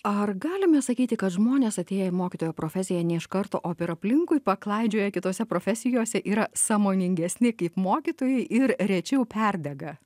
ar galime sakyti kad žmonės atėję į mokytojo profesiją ne iš karto o per aplinkui paklaidžioję kitose profesijose yra sąmoningesni kaip mokytojai ir rečiau perdega